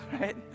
right